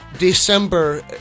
December